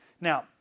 Now